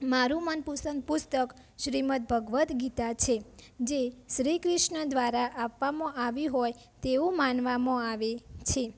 મારું મનપસંન પુસ્તક શ્રીમદ ભગવદ્ ગીતા છે જે શ્રી કૃષ્ણ દ્વારા આપવામાં આવી હોય તેવું માનવામાં આવે છે